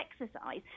exercise